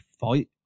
fight